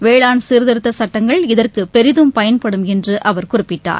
வேளாண் சீர்திருத்த சட்டங்கள் இதற்கு பெரிதும் பயன்படும் என்று அவர் குறிப்பிட்டார்